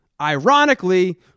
Ironically